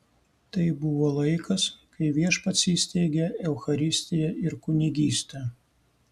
tai buvo laikas kai viešpats įsteigė eucharistiją ir kunigystę